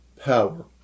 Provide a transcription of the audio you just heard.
power